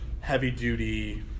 heavy-duty